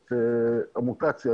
את המוטציה,